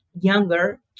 younger